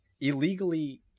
illegally